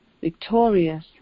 victorious